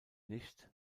nicht